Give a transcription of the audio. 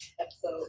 episode